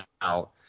out